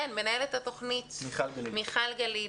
מנהלת התוכנית, מיכל גלילי,